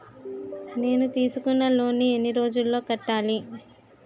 నేను తీసుకున్న లోన్ నీ ఎన్ని రోజుల్లో కట్టాలి?